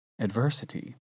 adversity